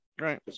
Right